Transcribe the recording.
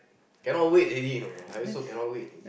cannot wait already you know I also cannot wait already